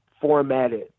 formatted